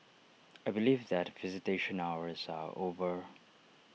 I believe that visitation hours are over